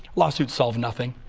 lawsuits solve nothing.